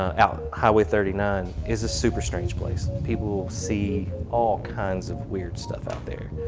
out highway thirty nine is a super strange place, people see all kinds of weird stuff out there.